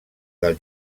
del